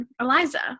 Eliza